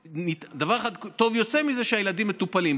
דבר אחד טוב יוצא מזה: הילדים מטופלים,